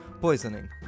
Poisoning